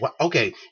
Okay